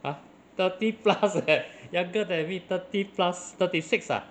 ah thirty plus leh younger than me thirty plus thirty six ah